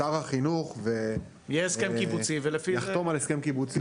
שר החינוך יחתום על הסכם קיבוצי.